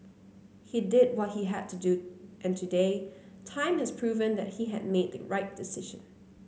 he did what he had to do and today time has proven that he had made the right decision